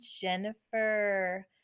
jennifer